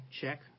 check